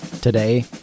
Today